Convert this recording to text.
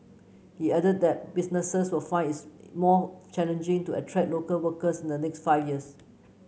he added that businesses will find it's more challenging to attract local workers in the next five years